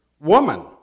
woman